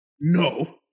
No